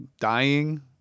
dying